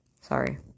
Sorry